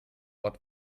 ort